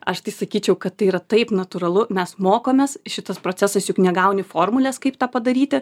aš tai sakyčiau kad tai yra taip natūralu mes mokomės šitas procesas juk negauni formulės kaip tą padaryti